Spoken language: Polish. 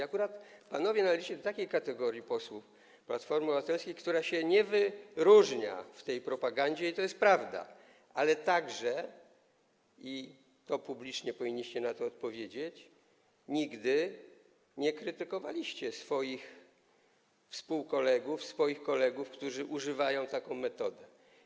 Akurat panowie należycie do takiej kategorii posłów Platformy Obywatelskiej, która się nie wyróżnia w tej propagandzie, i to jest prawda, ale także - i na to publicznie powinniście odpowiedzieć - nigdy nie krytykowaliście swoich współkolegów, swoich kolegów, którzy używają takiej metody.